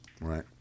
right